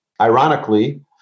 Ironically